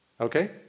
Okay